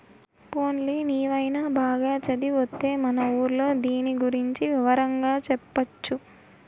పోన్లే నీవైన బాగా చదివొత్తే మన ఊర్లో దీని గురించి వివరంగా చెప్పొచ్చు